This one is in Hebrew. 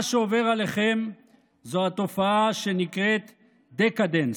מה שעובר עליכם זו התופעה שנקראת דקדנס,